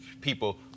people